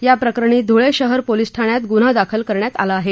या प्रकरणी धुळे शहर पोलिस ठाण्यात गून्हा दाखल करण्यात आला आहे